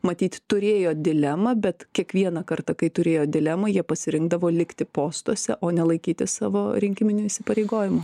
matyt turėjo dilemą bet kiekvieną kartą kai turėjo dilemą jie pasirinkdavo likti postuose o ne laikytis savo rinkiminių įsipareigojimų